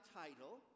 title